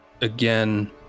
again